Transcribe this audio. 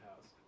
house